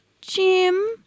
Jim